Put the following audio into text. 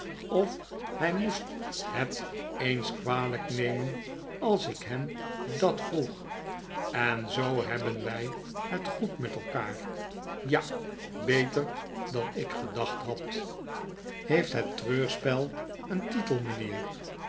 of hij moest het eens kwalijk nemen als ik hem dat vroeg en zoo hebben wij het goed met elkaar ja beter dan ik gedacht had heeft het treurspel een titel mijnheer